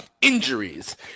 injuries